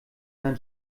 sein